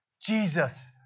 Jesus